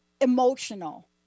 emotional